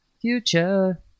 Future